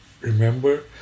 remember